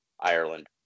Ireland